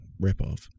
ripoff